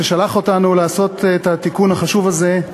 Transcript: ששלח אותנו לעשות את התיקון החשוב הזה.